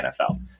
NFL